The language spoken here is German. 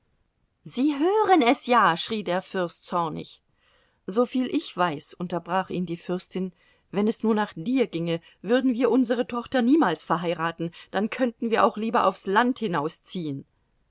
sie hören es ja schrie der fürst zornig soviel ich weiß unterbrach ihn die fürstin wenn es nur nach dir ginge würden wir unsere tochter niemals verheiraten dann könnten wir auch lieber aufs land hinausziehen